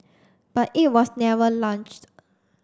but it was never launched